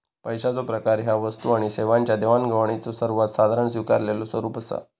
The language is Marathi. पैशाचो प्रकार ह्या वस्तू आणि सेवांच्यो देवाणघेवाणीचो सर्वात साधारण स्वीकारलेलो स्वरूप असा